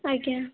ଆଜ୍ଞା